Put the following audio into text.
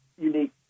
unique